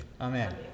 Amen